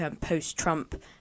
post-Trump